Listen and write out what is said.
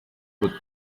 good